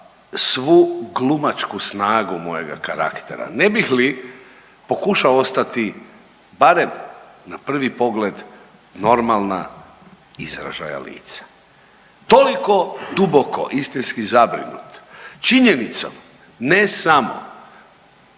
svu glumačku snagu mojega karaktera ne bih li pokušao ostati barem na prvi pogled normalna izražaja lica. Toliko duboko istinski zabrinut činjenicom ne samo